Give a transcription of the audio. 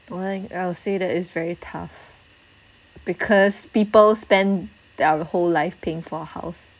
well I would say that is very tough because people spend their whole life paying for a house